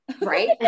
right